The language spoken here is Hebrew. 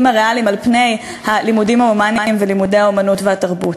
הריאליים על פני הלימודים ההומניים ולימודי האמנות והתרבות.